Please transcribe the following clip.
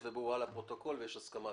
תודה.